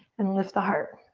and lift the heart.